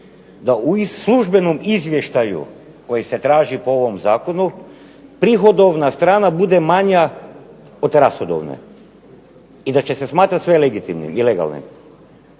da u službenom izvještaju koji se traži po ovom zakonu prihodovna strana bude manja od rashodovne i da će se smatrat sve legitimnim